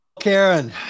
Karen